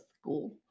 school